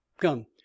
come